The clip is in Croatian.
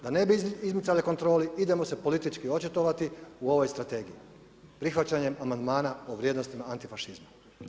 Da ne bi izmicale kontroli idemo se politički očitovati u ovoj strategiji, prihvaćanjem amandmana o vrijednostima antifašizma.